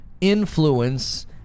influence